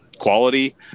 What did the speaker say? quality